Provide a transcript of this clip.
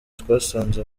twasanze